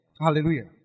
Hallelujah